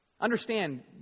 Understand